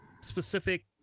specific